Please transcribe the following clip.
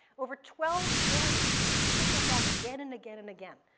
over twelve billion. people came back again and again and again.